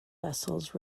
vessels